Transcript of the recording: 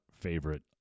favorite